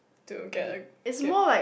to get a get